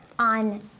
on